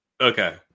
okay